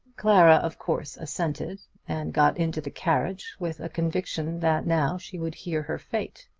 clara of course assented, and got into the carriage with a conviction that now she would hear her fate.